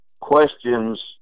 questions